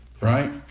Right